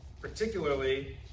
particularly